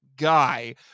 guy